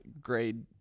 grade